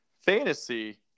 Fantasy